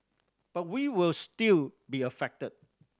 but we will still be affected